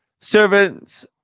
Servants